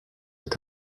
cet